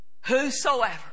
Whosoever